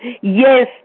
Yes